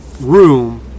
Room